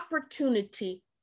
opportunity